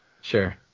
sure